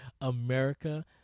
America